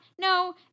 No